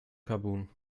gabun